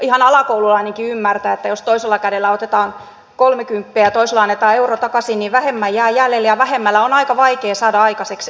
ihan alakoululainenkin ymmärtää että jos toisella kädellä otetaan kolmekymppiä ja toisella annetaan euro takaisin niin vähemmän jää jäljelle ja vähemmällä on aika vaikea saada aikaiseksi enemmän